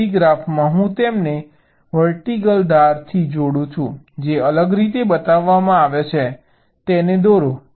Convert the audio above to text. પછી ગ્રાફમાં હું તેમને વર્ટિકલ ધાર થી જોડુ છું જે અલગ રીતે બતાવવામાં આવે છે તેને દોરો